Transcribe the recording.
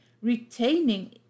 Retaining